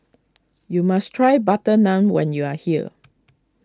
you must try Butter Naan when you are here